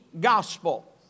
gospel